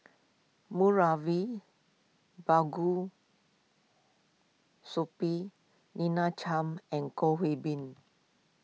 Moulavi Sahib Lina Chiam and Goh Bin